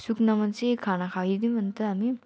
सुकनामा चाहिँ खाना खाइदिउँ अन्त हामी